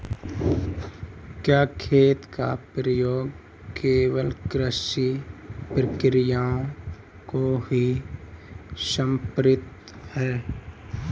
क्या खेत का प्रयोग केवल कृषि प्रक्रियाओं को ही समर्पित है?